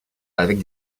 avec